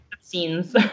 scenes